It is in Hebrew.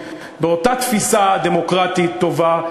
באותה תפיסה דמוקרטית טובה,